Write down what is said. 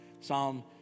Psalm